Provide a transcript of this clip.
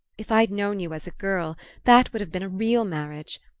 if i'd known you as a girl that would have been a real marriage!